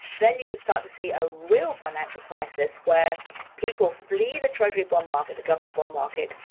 then you could start to see a real financial crisis where people flee the treasury bond market, the government bond market,